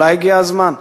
אולי הגיע הזמן.